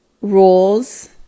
rules